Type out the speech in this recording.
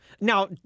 Now